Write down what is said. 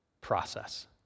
process